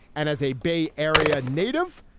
and as a bay area native,